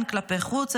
הן כלפי חוץ,